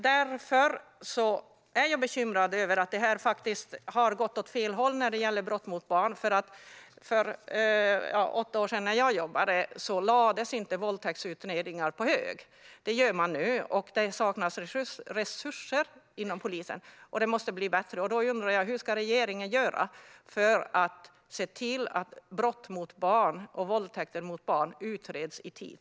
Därför är jag bekymrad över att det har gått åt fel håll när det gäller brott mot barn. För åtta år sedan när jag jobbade lades inte våldtäktsutredningar på hög. Det gör man nu, eftersom det saknas resurser inom polisen. Det måste bli bättre, och då undrar jag: Hur ska regeringen göra för att se till att brott mot barn och våldtäkter mot barn utreds i tid?